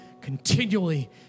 continually